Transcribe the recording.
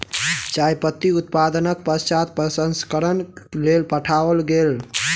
चाय पत्ती उत्पादनक पश्चात प्रसंस्करणक लेल पठाओल गेल